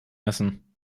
essen